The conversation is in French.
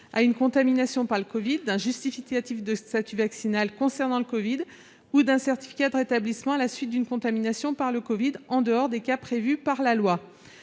à une contamination par la covid-19, d'un justificatif de statut vaccinal concernant la covid-19 ou d'un certificat de rétablissement à la suite d'une contamination par la covid-19 en dehors des cas prévus par la loi.